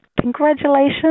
Congratulations